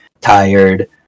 tired